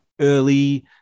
early